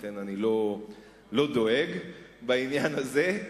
לכן אני לא דואג בעניין הזה.